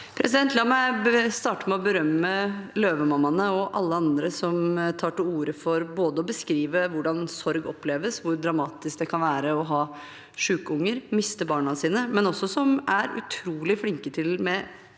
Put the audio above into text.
La meg starte med å berømme Løvemammaene og alle andre som tar til orde for å beskrive hvordan sorg oppleves, hvor dramatisk det kan være å ha syke unger og å miste barna sine, men som også er utrolig flinke til med